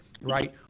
Right